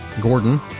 Gordon